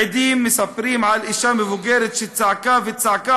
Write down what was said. עדים מספרים על אישה מבוגרת שצעקה וצעקה